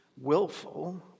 willful